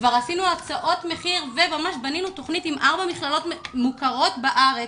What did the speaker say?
כבר עשינו הצעות מחיר וממש בנינו תוכנית עם ארבע מכללות מוכרות בארץ,